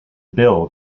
bill